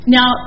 Now